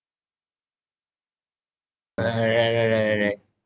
uh right right right right right